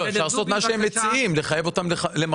אפשר לעשות מה שהם מציעים, לחייב אותם למחשב.